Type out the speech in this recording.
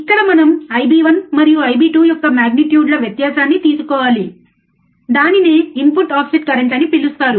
ఇక్కడ మనం I b1 మరియు I b2 యొక్క మాగ్నిట్యూడ్ల వ్యత్యాసాన్ని తీసుకోవాలి దానినే ఇన్పుట్ ఆఫ్సెట్ కరెంట్ అని పిలుస్తారు